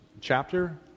chapter